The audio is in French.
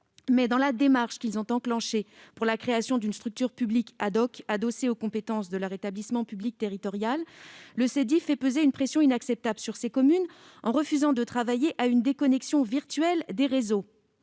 Dans la démarche qu'ils ont enclenchée pour la création d'une structure publique, adossée aux compétences de leur établissement public territorial, le Sedif fait peser une pression inacceptable sur ces communes en refusant de travailler à une déconnexion virtuelle des réseaux,